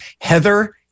Heather